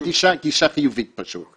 אבל גישה חיובית פשוט.